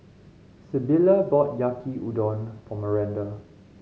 Sybilla bought Yaki Udon for Myranda